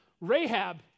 Rahab